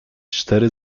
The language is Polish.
cztery